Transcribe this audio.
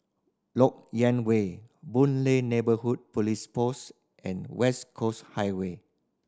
Lok Yang Way Boon Lay Neighbourhood Police Post and West Coast Highway